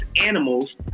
animals